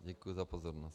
Děkuji za pozornost.